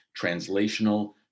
translational